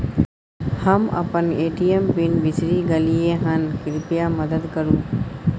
हम अपन ATM PIN बिसरि गलियै हन, कृपया मदद करु